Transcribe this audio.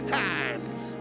times